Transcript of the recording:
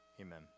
Amen